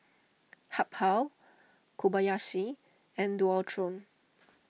Habhal Kobayashi and Dualtron